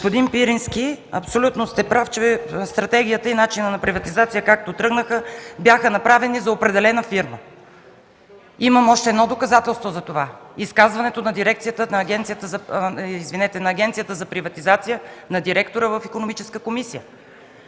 Господин Пирински, абсолютно сте прав, че стратегията и начинът на приватизация, както тръгнаха, бяха направени за определена фирма. Имам още едно доказателство за това – изказването на директора на Агенцията за приватизация в Икономическата комисия.